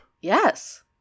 Yes